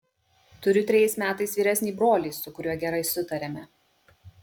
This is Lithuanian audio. turiu trejais metais vyresnį brolį su kuriuo gerai sutariame